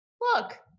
look